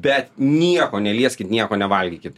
bet nieko nelieskit nieko nevalgykit